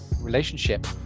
relationship